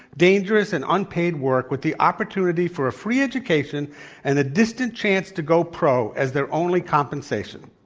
dangerous, and unpaid work with the opportunity for a free education and a distant chance to go pro as their only compensation.